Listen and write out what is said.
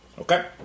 Okay